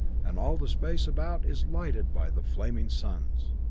and all the space about is lighted by the flaming suns.